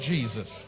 Jesus